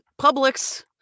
Publix